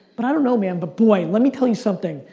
but i know, man. but boy, let me tell you something,